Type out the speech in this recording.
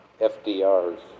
FDR's